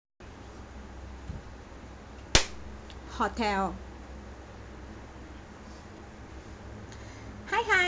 hotel hi hi